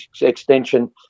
extension